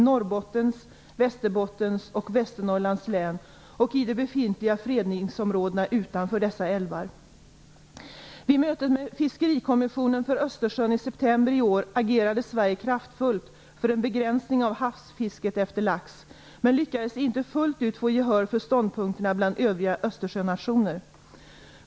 Norrbottens, Västerbottens och Västernorrlands län och i de befintliga fredningsområdena utanför dessa älvar. Vid mötet med Fiskerikommissionen för Östersjön i september i år agerade Sverige kraftfullt för en begränsning av havsfisket efter lax men lyckades inte fullt ut få gehör för ståndpunkterna bland övriga Östersjönationer.